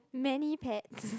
many pets